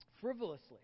frivolously